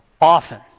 often